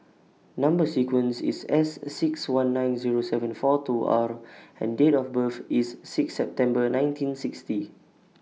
Number sequence IS S six one nine Zero seven four two R and Date of birth IS six September nineteen sixty